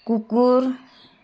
कुकुर